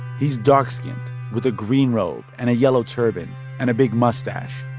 he's dark-skinned with a green robe and a yellow turban and a big mustache.